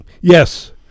Yes